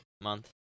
month